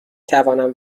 توانم